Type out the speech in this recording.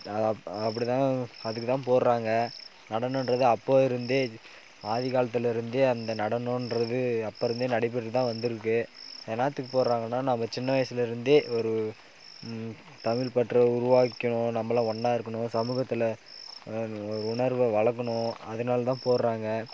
அது அப்படி தான் அதுக்கு தான் போடுறாங்க நடனன்றது அப்போது இருந்தே ஆதிகாலத்திலருந்தே அந்த நடனன்றது அப்போது இருந்தே நடைபெற்று தான் வந்திருக்கு என்னத்துக்கு போடுறாங்கன்னா நம்ப சின்ன வயசுலேருந்தே ஒரு தமிழ்பற்றை உருவாக்கிக்கணும் நம்ம எல்லாம் ஒன்னாக இருக்கணும் சமூகத்தில் உணர்வை வளர்க்கணும் அதனால தான் போடுறாங்க